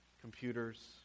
computers